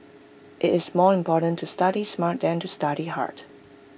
IT is more important to study smart than to study hard